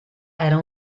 era